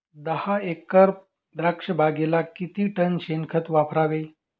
दहा एकर द्राक्षबागेला किती टन शेणखत वापरावे?